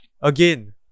Again